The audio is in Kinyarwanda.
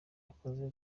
yakoze